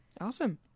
awesome